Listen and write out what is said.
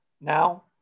now